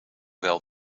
wel